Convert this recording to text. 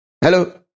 hello